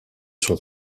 sont